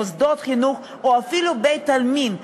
מוסדות חינוך או אפילו בית-עלמין,